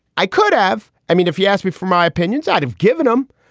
i could have i mean, if he asked me for my opinions, i'd have given him.